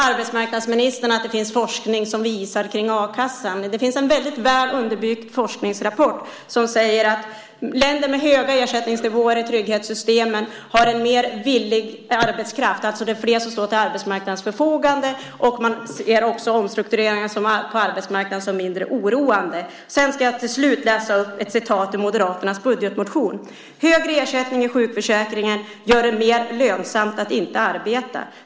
Arbetsmarknadsministern säger att det finns forskning om a-kassan. Det finns en väldigt väl underbyggd forskningsrapport som säger att länder med höga ersättningsnivåer i trygghetssystemen har en mer villig arbetskraft. Det är flera som står till arbetsmarknadens förfogande, och man ser också omstruktureringar på arbetsmarknaden som mindre oroande. Jag ska till slut läsa ur Moderaternas budgetmotion: Högre ersättning i sjukförsäkringen gör det mer lönsamt att inte arbeta.